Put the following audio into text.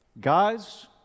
Guys